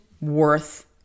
worth